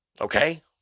Okay